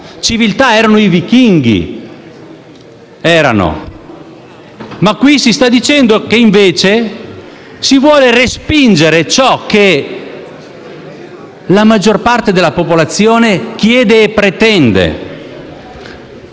civiltà, ma in questa sede si sta dicendo che invece si vuol respingere ciò che la maggior parte della popolazione chiede e pretende.